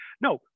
no